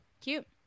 Cute